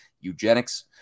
eugenics